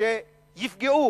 שיפגעו